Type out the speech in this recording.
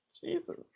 Jesus